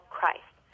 Christ